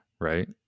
right